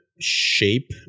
shape